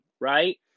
right